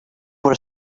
were